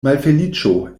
malfeliĉo